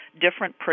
Different